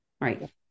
right